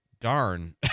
darn